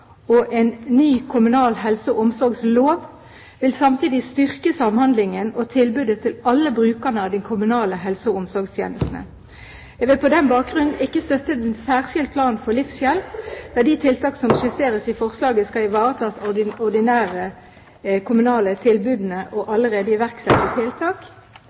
og en ny kommunal helse- og omsorgslov vil samtidig styrke samhandlingen og tilbudet til alle brukerne av de kommunale helse- og omsorgstjenestene. Jeg vil på den bakgrunn ikke støtte en særskilt plan for livshjelp, da de tiltak som skisseres i forslaget, skal ivaretas av de ordinære kommunale tilbudene og allerede iverksatte tiltak.